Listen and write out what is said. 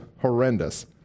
horrendous